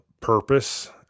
purpose